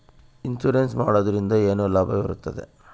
Insurance ಮಾಡೋದ್ರಿಂದ ಏನು ಲಾಭವಿರುತ್ತದೆ?